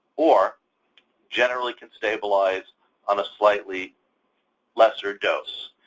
or generally can stabilize on a slightly lesser dose.